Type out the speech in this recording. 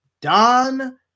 Don